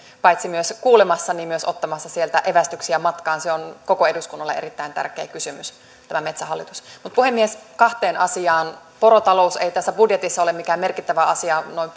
paitsi kuulemassa myös ottamassa sieltä evästyksiä matkaan se on koko eduskunnalle erittäin tärkeä kysymys tämä metsähallitus puhemies kahteen asiaan porotalous ei tässä budjetissa ole mikään merkittävä asia noin